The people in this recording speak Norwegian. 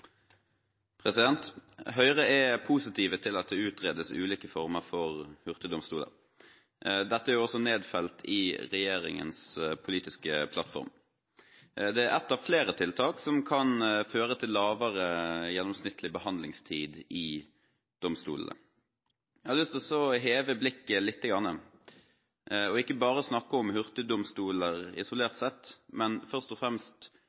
Høyre er positiv til at det utredes ulike former for hurtigdomstoler. Dette er også nedfelt i regjeringens politiske plattform. Det er ett av flere tiltak som kan føre til lavere gjennomsnittlig behandlingstid i domstolene. Jeg har lyst til å heve blikket lite grann og ikke bare snakke om hurtigdomstoler isolert sett, men først og fremst